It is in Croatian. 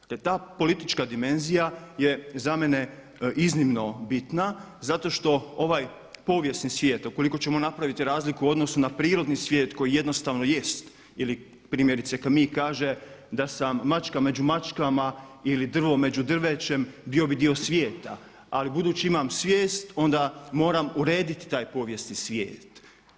Dakle ta politička dimenzija je za mene iznimno bitna zato što ovaj povijesni svijet, a ukoliko ćemo napraviti razliku u odnosu na prirodni svijet koji jednostavno jest ili primjerice kad mi kaže da sam mačka među mačkama, ili drvo među drvećem bio bi dio svijeta ali budući imam svijest onda moram urediti taj povijesni svijet.